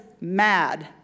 mad